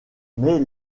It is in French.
mais